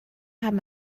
haben